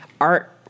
art